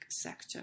sector